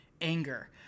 anger